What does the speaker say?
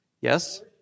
Yes